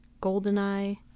Goldeneye